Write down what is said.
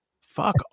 fuck